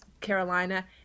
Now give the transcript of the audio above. Carolina